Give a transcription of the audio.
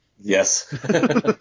Yes